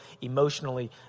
emotionally